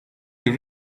you